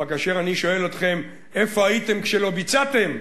אבל כאשר אני שואל אתכם איפה הייתם כשלא ביצעתם,